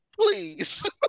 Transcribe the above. please